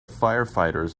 firefighters